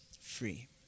free